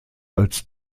als